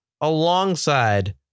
alongside